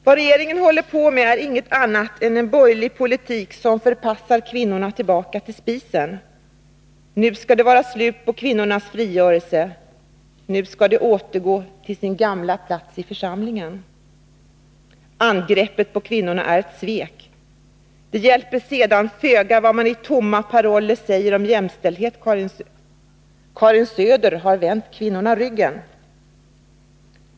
Vad regeringen håller på med är inget annat än en borgerlig politik som förpassar kvinnorna tillbaka till spisen. Nu skall det vara slut på kvinnornas frigörelse, nu skall de återgå till sin gamla plats i församlingen. Angreppet på kvinnorna är ett svek. Det hjälper sedan föga vad man i tomma paroller säger om jämställdhet. Karin Söder har vänt kvinnorna ryggen.